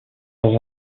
dans